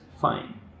fine